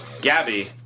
Gabby